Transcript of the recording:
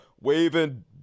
waving